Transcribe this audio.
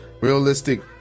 realistic